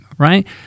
right